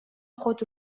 خود